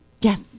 yes